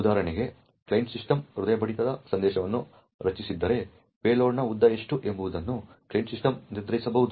ಉದಾಹರಣೆಗೆ client system ಹೃದಯ ಬಡಿತದ ಸಂದೇಶವನ್ನು ರಚಿಸಿದ್ದರೆ ಪೇಲೋಡ್ನ ಉದ್ದ ಎಷ್ಟು ಎಂಬುದನ್ನು ಕ್ಲೈಂಟ್ ಸಿಸ್ಟಮ್ ನಿರ್ಧರಿಸಬಹುದು